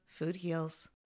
FOODHEALS